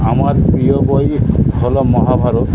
আমার প্রিয় বই হলো মহাভারত